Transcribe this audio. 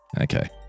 okay